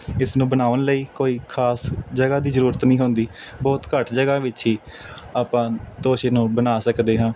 ਇਸ ਨੂੰ ਬਣਾਉਣ ਲਈ ਕੋਈ ਖਾਸ ਜਗ੍ਹਾ ਦੀ ਜ਼ਰੂਰਤ ਨਹੀਂ ਹੁੰਦੀ ਬਹੁਤ ਘੱਟ ਜਗ੍ਹਾ ਵਿੱਚ ਹੀ ਆਪਾਂ ਤੋਸ਼ੇ ਨੂੰ ਬਣਾ ਸਕਦੇ ਹਾਂ